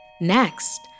Next